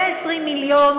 120 מיליון,